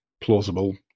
plausible